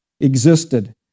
existed